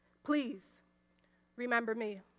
please remember me.